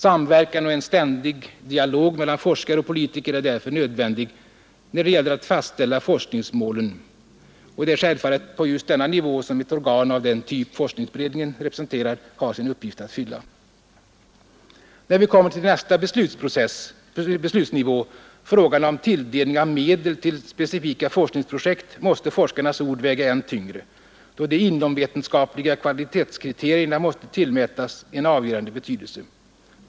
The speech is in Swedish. Samverkan och en ständig dialog mellan forskare och politiker är därför nödvändig när det gäller att fastställa forskningsmålen. Och det är självfallet på just denna nivå som ett organ som forskningsberedningen har sin uppgift att fylla. När vi kommer till nästa beslutsnivå, frågan om tilldelning av medel till specifika forskningsprojekt, måste forskarnas ord väga än tyngre, då de inomvetenskapliga kvalitetskriterierna måste tillmätas en avgörande betydelse.